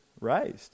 raised